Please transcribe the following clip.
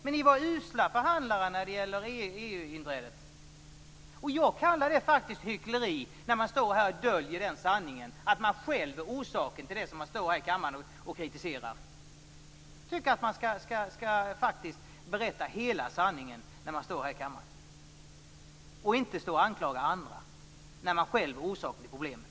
Men ni var usla förhandlare inför EU-inträdet. Jag kallar det hyckleri när man står här i kammaren och döljer sanningen att man själv är orsaken till det som man kritiserar. Jag tycker att man skall berätta hela sanningen här i kammaren och inte anklaga andra när man själv är orsaken till problemet.